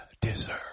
deserve